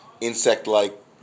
insect-like